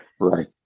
Right